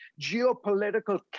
geopolitical